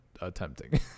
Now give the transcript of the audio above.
attempting